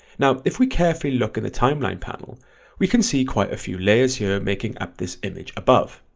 now if we carefully look in the timeline panel we can see quite a few layers here making up this image above,